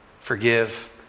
Forgive